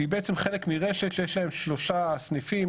והיא בעצם חלק מרשת שיש להם שלושה סניפים,